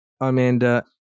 Amanda